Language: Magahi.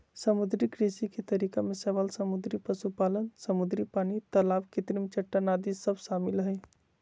समुद्री कृषि के तरीका में शैवाल समुद्री पशुपालन, समुद्री पानी, तलाब कृत्रिम चट्टान आदि सब शामिल हइ